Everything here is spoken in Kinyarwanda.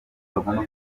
bagomba